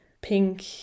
pink